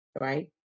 right